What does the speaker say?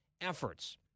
efforts